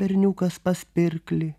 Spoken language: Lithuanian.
berniukas pas pirklį